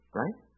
right